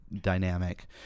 dynamic